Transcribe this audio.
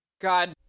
God